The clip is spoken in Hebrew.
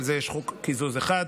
ועל זה יש חוק קיזוז אחד,